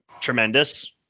tremendous